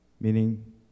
meaning